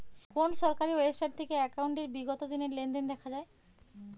কোন সরকারি ওয়েবসাইট থেকে একাউন্টের বিগত দিনের লেনদেন দেখা যায়?